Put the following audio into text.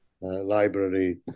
Library